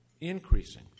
increasing